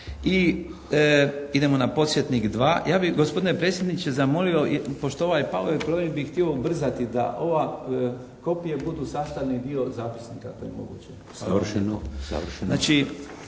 i idemo na podsjetnik dva. Ja bih gospodine predsjedniče zamolio, pošto je ovaj PowerPoint bi htio ubrzati da ove kopije budu sastavni dio zapisnika ako je moguće. **Šeks,